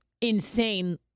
insane